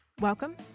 Welcome